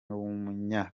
w’umunya